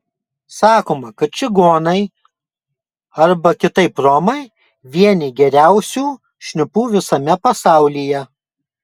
sakoma kad čigonai arba kitaip romai vieni geriausių šnipų visame pasaulyje